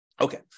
Okay